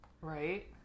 right